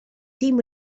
team